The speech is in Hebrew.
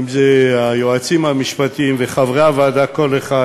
אם היועצים המשפטיים וחברי הוועדה, כל אחד